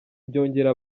byongera